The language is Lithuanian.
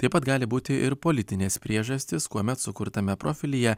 taip pat gali būti ir politinės priežastys kuomet sukurtame profilyje